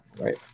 Right